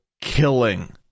killing